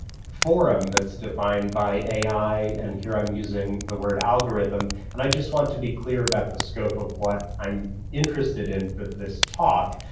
forum that's defined by ai, and here i'm using the word algorithm, and i just want to be clear about the scope of what i'm interested in for this talk.